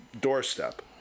doorstep